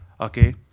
okay